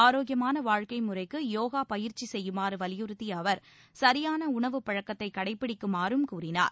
ஆரோக்கியமான வாழ்க்கை முறைக்கு யோகா பயிற்சி செய்யுமாறு வலியுறுத்திய அவர் சரியான உணவு பழக்கத்தை கடைப்பிக்குமாறும் கூறினார்